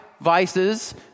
vices